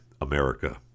America